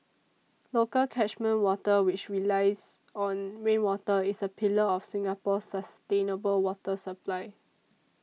local catchment water which relies on rainwater is a pillar of Singapore's sustainable water supply